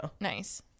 Nice